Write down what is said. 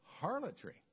harlotry